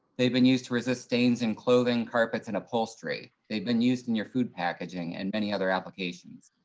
they've been used to resist stains in clothing, carpets and upholstery. they've been used in your food packaging and many other applications.